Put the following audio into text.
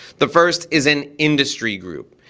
the first is an industry group.